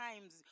times